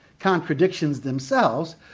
contradictions themselves,